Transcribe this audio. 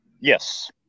yes